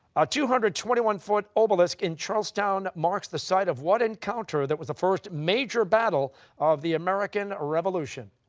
a two hundred and twenty one foot obelisk in charlestown marks the site of what encounter that was the first major battle of the american revolution?